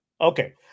Okay